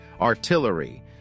artillery